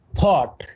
thought